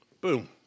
Boom